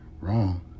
wrong